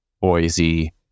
Boise